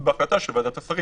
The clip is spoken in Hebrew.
בהחלטה של ועדת השרים.